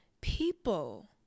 People